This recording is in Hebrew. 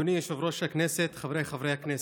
אדוני יושב-ראש הכנסת, חבריי חברי הכנסת,